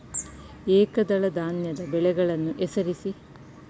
ಏಕದಳ ಧಾನ್ಯದ ಬೆಳೆಗಳನ್ನು ಹೆಸರಿಸಿ?